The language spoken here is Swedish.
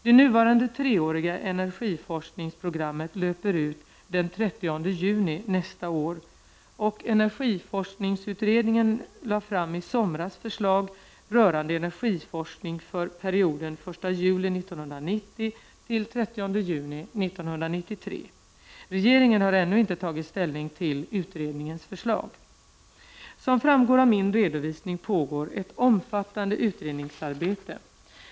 Det nuvarande treåriga energiforskningsprogrammet löper ut den 30 juni nästa år och energiforskningsutredningen framlade i somras förslag rörande energiforskning för perioden den 1 juli 1990—den 30 juni 1993. Regeringen har ännu inte tagit ställning till utredningens förslag. Som framgår av min redovisning pågår ett omfattande utredningsarbete.